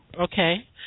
Okay